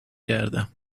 کردم